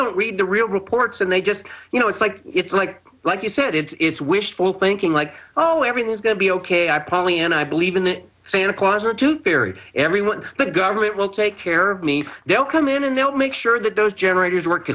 don't read the real reports and they just you know it's like it's like like you said it's wishful thinking like oh everything's going to be ok i probably and i believe in santa claus or to theory everyone the government will take care of me they'll come in and they'll make sure that those generators work